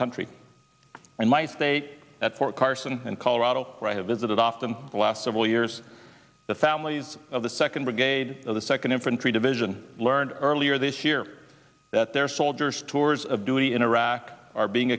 country i might say at fort carson and colorado where i have visited often the last several years the families of the second brigade of the second infantry division learned earlier this year that their soldiers tours of duty in iraq are being